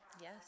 Yes